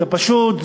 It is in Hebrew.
זה פשוט,